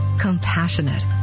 compassionate